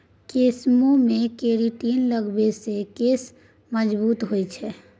केशमे केरेटिन लगेने सँ केश मजगूत होए छै